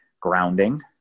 grounding